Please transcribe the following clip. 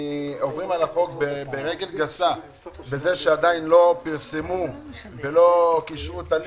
עוברים על החוק ברגל גסה בזה שעדיין לא פרסמו ולא קישרו את הלינק,